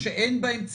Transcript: ומשום מה זה לא מגיע